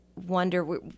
wonder